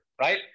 right